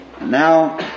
Now